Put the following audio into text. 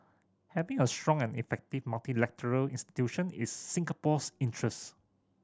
having a strong and effective multilateral institution is Singapore's interest